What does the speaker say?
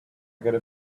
gotta